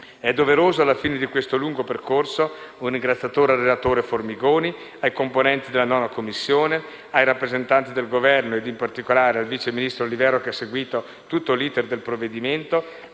Doveroso, alla fine di questo lungo percorso, un ringraziamento al relatore, senatore Formigoni, ai componenti della 9a Commissione, ai rappresentanti del Governo, in particolare al vice ministro Olivero, che ha seguito tutto l'*iter* del provvedimento